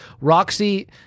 Roxy